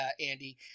Andy